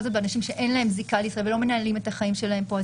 זאת באנשים שאין להם זיקה לישראל והם אינם מנהלים את חייהם פה.